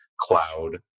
cloud